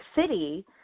city